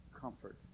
comfort